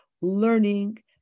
learning